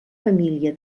família